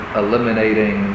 eliminating